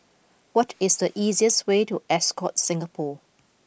what is the easiest way to Ascott Singapore